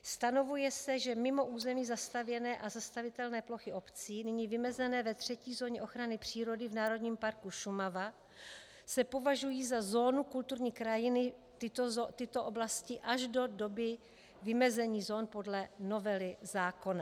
Stanovuje se, že mimo území zastavěné a zastavitelné plochy obcí, nyní vymezené ve třetí zóně ochrany přírody v Národním parku Šumava, se považují za zónu kulturní krajiny tyto oblasti až do doby vymezení zón podle novely zákona.